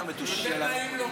מתושלח.